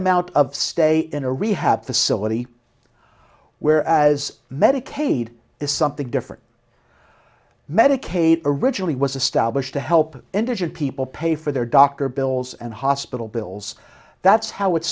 amount of stay in a rehab facility where as medicaid is something different medicaid originally was established to help indigent people pay for their doctor bills and hospital bills that's how it